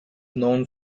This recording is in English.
known